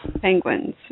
Penguins